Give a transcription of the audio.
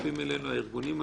למצטרפים אלינו הארגונים השונים,